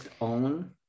OWN